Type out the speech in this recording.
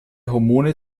hormone